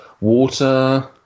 water